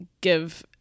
give